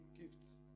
gifts